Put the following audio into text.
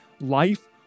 life